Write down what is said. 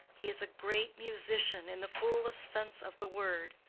he is a great musician in the fullest sense of the word.